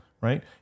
right